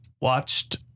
watched